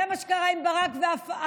זה מה שקרה עם ברק וערפאת,